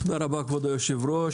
תודה רבה, כבוד היושב-ראש.